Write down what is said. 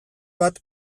bat